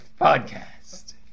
podcast